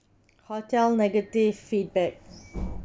hotel negative feedback